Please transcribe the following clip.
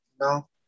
No